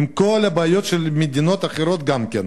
עם כל הבעיות של מדינות אחרות גם כן.